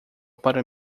para